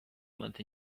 month